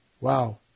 wow